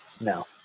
no